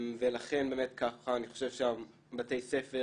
ולכן אני חושב שבתי הספר